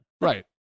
Right